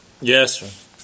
Yes